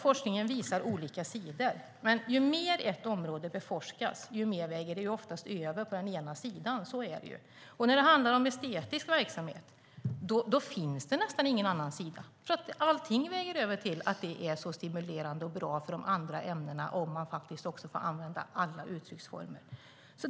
Forskningen visar olika sidor, men ju mer ett område beforskas, desto mer väger det oftast över på den ena sidan. Så är det. Och när det handlar om estetisk verksamhet finns det nästan ingen annan sida, för allting väger över till att det är stimulerande och bra för de andra ämnena om man också får använda alla uttrycksformer.